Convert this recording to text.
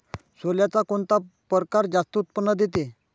सोल्याचा कोनता परकार जास्त उत्पन्न देते?